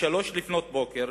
בשלוש לפנות בוקר,